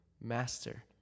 master